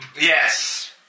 Yes